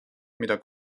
mida